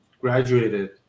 graduated